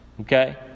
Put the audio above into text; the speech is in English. Okay